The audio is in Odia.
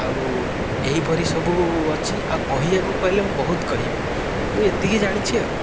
ଆଉ ଏହିପରି ସବୁ ଅଛି ଆଉ କହିବାକୁ କହିଲେ ମୁଁ ବହୁତ କହିବି ମୁଁ ଏତିକି ଜାଣିଛି ଆଉ